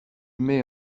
mets